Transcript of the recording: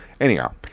Anyhow